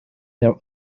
there